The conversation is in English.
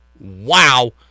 wow